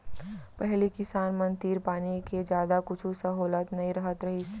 पहिली किसान मन तीर पानी के जादा कुछु सहोलत नइ रहत रहिस